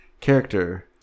character